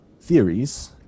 theories